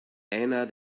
einer